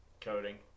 coding